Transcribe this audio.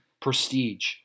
prestige